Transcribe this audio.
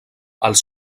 els